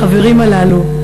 החברים הללו,